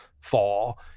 fall